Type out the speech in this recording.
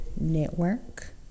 Network